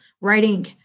writing